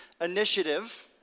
initiative